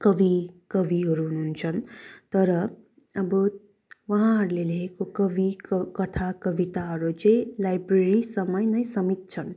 कवि कविहरू हुन्छन् तर अब उहाँहरूले लेखेको कवि कथा कविताहरू चाहिँ लाइब्रेरीसम्मै नै समित छन्